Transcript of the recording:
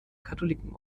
katholiken